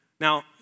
Now